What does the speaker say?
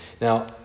Now